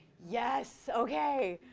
yes, ok.